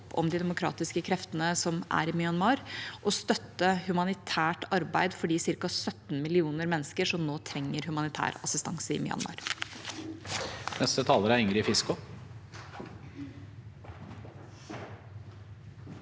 om de demokratiske kreftene som er i Myanmar, og støtte humani tært arbeid for de ca. 17 millioner menneskene som nå trenger humanitær assistanse i Myanmar.